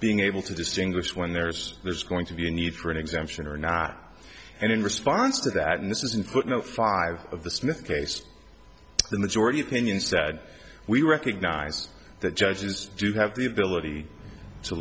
being able to distinguish when there's there's going to be a need for an exemption or not and in response to that and this isn't footnote five of the smith case the majority opinion said we recognize that judges do have the ability to